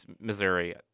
Missouri